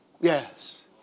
Yes